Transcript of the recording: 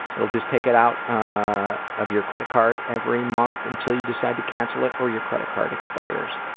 it'll just take it out ah of your credit card every month until you decide to cancel it or your credit card expires.